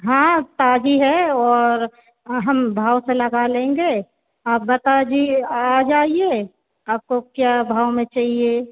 हाँ ताज़ा है और हम भाव से लगा लेंगे आप बता दिए आ जाइए आपको क्या भाव में चाहिए